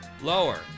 Lower